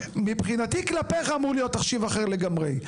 מבחינתי כלפיך אמור להיות תחשיב אחר לגמרי.